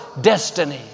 destiny